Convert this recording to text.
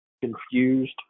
confused